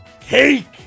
cake